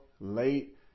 late